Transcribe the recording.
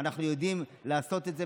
אנחנו יודעים לעשות את זה.